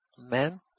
Amen